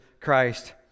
Christ